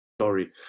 sorry